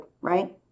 right